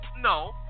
No